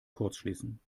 kurzschließen